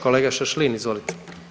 Kolega Šašlin, izvolite.